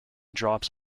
drops